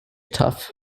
tough